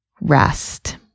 rest